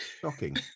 shocking